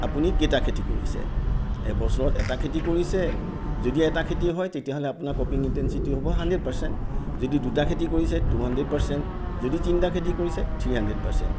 আপুনি কেইটা খেতি কৰিছে এবছৰত এটা খেতি কৰিছে যদি এটা খেতিয়ে হয় তেতিয়াহ'লে আপোনাৰ কপিং ইনটেনছিটি হ'ব হানড্ৰেড পাৰ্চেণ্ট যদি দুটা খেতি কৰিছে টু হানড্ৰেড পাৰ্চেণ্ট যদি তিনিটা খেতি কৰিছে থ্ৰী হানড্ৰেড পাৰ্চেণ্ট